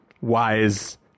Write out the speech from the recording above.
wise